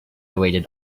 waited